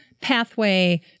pathway